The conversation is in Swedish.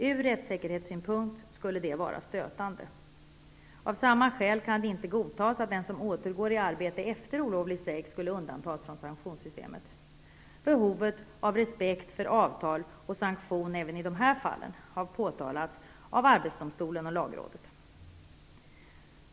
Ur rättsäkerhetssynpunkt skulle det vara stötande. Av samma skäl kan det inte godtas att den som återgår i arbete efter olovlig strejk skulle undantas från sanktionssystemet. Behovet av respekt för avtal och sanktion även i dessa fall har påtalats av arbetsdomstolen och lagrådet.